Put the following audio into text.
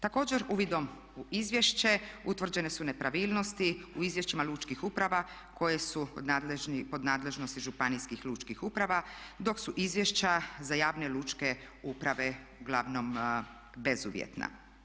Također uvidom u izvješće utvrđene su nepravilnosti u izvješćima lučkih uprava koje su pod nadležnosti Županijskih lučkih uprava dok su izvješća za javne lučke uprave uglavnom bezuvjetna.